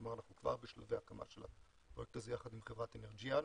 כלומר אנחנו כבר בשלבי הקמה של הפרויקט הזה יחד עם חברת אנרג'יאן.